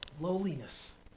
lowliness